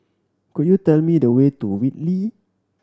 could you tell me the way to Whitley